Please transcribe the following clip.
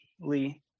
Lee